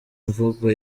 imvugo